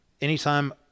Anytime